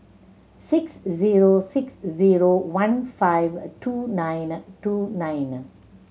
six zero six zero one five a two nine two nine